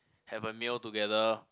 have a meal together